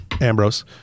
ambrose